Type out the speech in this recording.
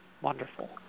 Wonderful